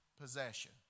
possession